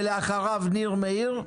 אחריו ניר מאיר,